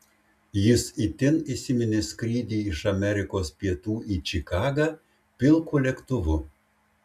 jis itin įsiminė skrydį iš amerikos pietų į čikagą pilku lėktuvu